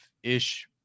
ish